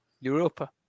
Europa